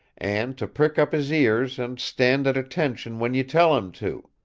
and to prick up his ears and stand at attention when you tell him to.